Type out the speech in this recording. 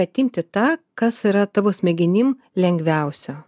atimti tą kas yra tavo smegenim lengviausio